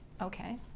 Okay